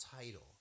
title